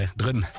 drum